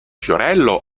fiorello